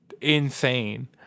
insane